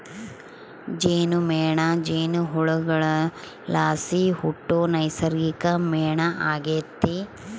ಜೇನುಮೇಣ ಜೇನುಹುಳುಗುಳ್ಲಾಸಿ ಹುಟ್ಟೋ ನೈಸರ್ಗಿಕ ಮೇಣ ಆಗೆತೆ